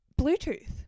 Bluetooth